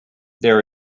there